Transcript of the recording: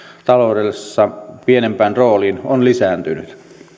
taloudessa pienempään rooliin on lisääntynyt